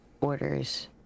Orders